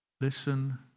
listen